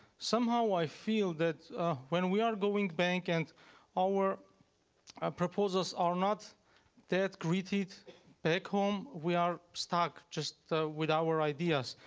somehow i feel that when we are going back and our proposals are not that greeted back home, we are stuck, just with our ideas,